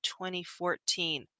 2014